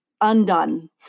undone